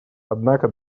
однако